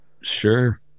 Sure